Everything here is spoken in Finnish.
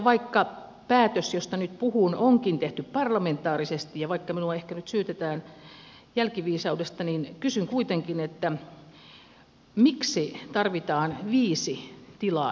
vaikka päätös josta nyt puhun onkin tehty parlamentaarisesti ja vaikka minua nyt ehkä syytetään jälkiviisaudesta niin kysyn kuitenkin että miksi tarvitaan viisi tilaajaa